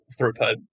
throughput